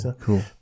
Cool